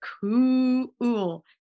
cool